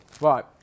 Right